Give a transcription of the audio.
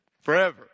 forever